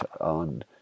on